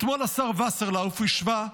אתמול השר וסרלאוף השווה,